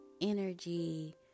energy